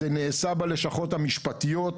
זה נעשה בלשכות המשפטיות.